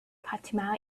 fatima